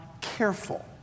careful